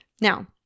Now